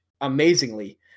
amazingly